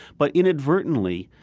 but inadvertently,